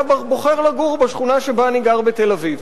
בוחר לגור בשכונה שבה אני גר בתל-אביב.